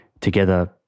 Together